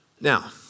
Now